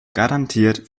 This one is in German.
garantiert